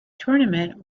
tournament